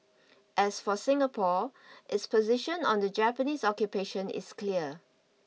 as for Singapore its position on the Japanese occupation is clear